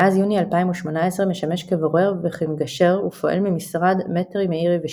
מאז יוני 2018 משמש כבורר וכמגשר ופועל ממשרד מטרי מאירי ושות'.